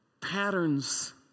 patterns